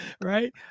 Right